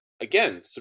again